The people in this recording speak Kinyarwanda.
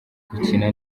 gukina